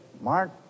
Mark